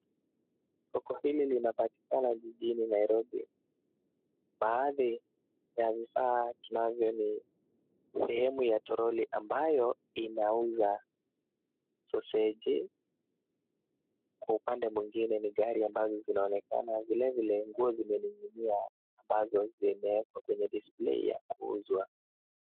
Soko hili linapatikana jijini Nairobi. Baadhi ya vifaa tunavyo ni sehemu ya troli ambayo inauza soseji, Kwa upande mwingine ni gari ambazo zinaonekana. Vilevile nguo zimening'inia ambazo zimewekwa kwenye display ya kuuzwa.